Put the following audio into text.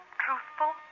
truthful